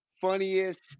funniest